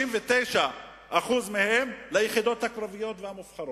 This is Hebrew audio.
59% מהם הולכים ליחידות הקרביות והמובחרות.